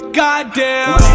goddamn